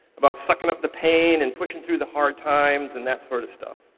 about sucking up the pain and pushing through the hard times and that sort of stuff.